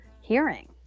hearing